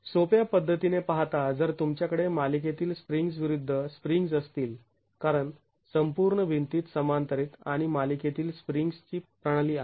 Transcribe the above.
तर सोप्या पद्धतीने पाहता जर तुमच्याकडे मालिकेतील स्प्रिंग्ज् विरुद्ध स्प्रिंग्ज् असतील कारण संपूर्ण भिंतीत समांतरीत आणि मालिकेतील स्प्रिंग्ज् ची प्रणाली आहे